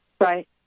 Right